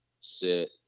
sit